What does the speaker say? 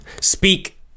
Speak